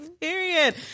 Period